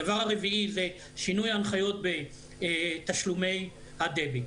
הדבר הרביעי זה שינוי הנחיות בתשלומי הדביט.